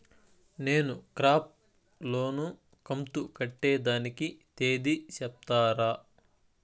నేను crop loan కంతు కట్టేదానికి తేది సెప్తారా?